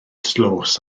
dlos